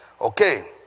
Okay